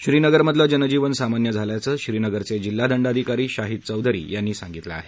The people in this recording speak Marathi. श्रीनगरमधलं जनजीवन सामान्य झाल्याचं श्रीनगरचे जिल्हादंडाधिकारी शाहीद चौधरी यांनी सांगितलं आहे